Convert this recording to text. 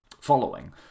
following